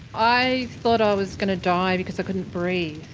i thought i was going to die because i couldn't breathe.